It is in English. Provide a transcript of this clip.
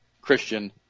Christian